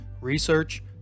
research